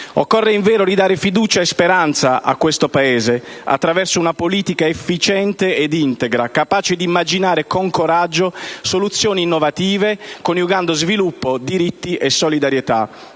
Occorre invero ridare fiducia e speranza a questo Paese attraverso una politica efficiente ed integra, capace di immaginare con coraggio soluzioni innovative, coniugando sviluppo, diritti e solidarietà.